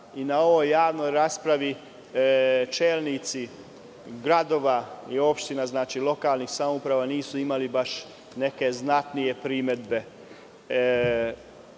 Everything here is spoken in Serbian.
i na ovoj javnoj raspravi čelnici gradova i opština, lokalnih samouprava nisu imali neke znatnije primedbe.